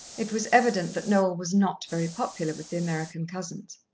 it was evident that noel was not very popular with the american cousins.